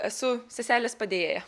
esu seselės padėjėja